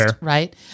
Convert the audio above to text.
right